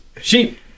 Sheep